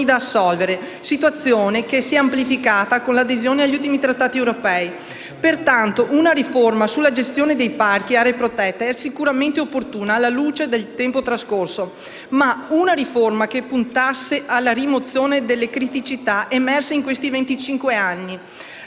da assolvere, situazione che si è amplificata con l'adesione agli ultimi trattati europei. Pertanto, una riforma sulla gestione di parchi e aree protette era sicuramente opportuna, alla luce del tempo trascorso, ma una riforma che puntasse alla rimozione delle criticità emerse in venticinque anni: